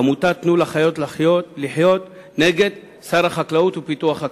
עמותת "תנו לחיות לחיות" נגד שר החקלאות ופיתוח הכפר,